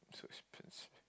so expensive